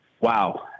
wow